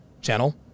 channel